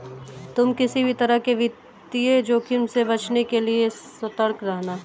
तुम किसी भी तरह के वित्तीय जोखिम से बचने के लिए सतर्क रहना